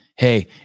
Hey